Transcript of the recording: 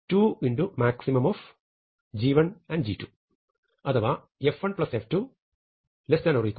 maxg1 g2 അഥവാ f1 f2 2